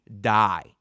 die